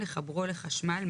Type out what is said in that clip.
לחברו לחשמל,